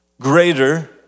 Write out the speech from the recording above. greater